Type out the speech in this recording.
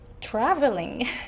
traveling